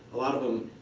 a lot of them,